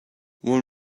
one